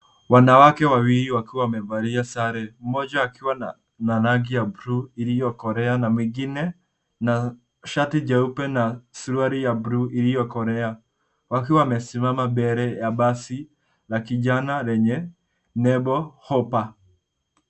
Wanawake wawili wakiwa wamevalia sare, mmoja akiwa na rangi ya buluu iliyokolea na mwingine na shati jeupe na suruali ya buluu iliyokolea, wakiwa wamesimama mbele ya basi la kijana lenye nembo Hoppa.